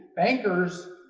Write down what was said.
bankers,